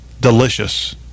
delicious